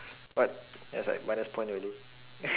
what that's like minus point already